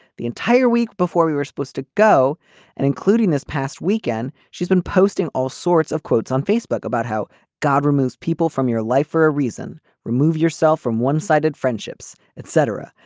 the entire week before we were supposed to go and including this past weekend she's been posting all sorts of quotes on facebook about how god removes people from your life for a reason. remove yourself from one sided friendships etc.